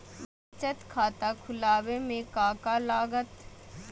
बचत खाता खुला बे में का का लागत?